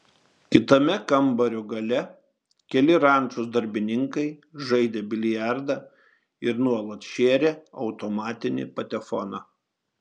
kitame kambario gale keli rančos darbininkai žaidė biliardą ir nuolat šėrė automatinį patefoną